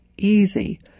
easy